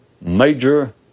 major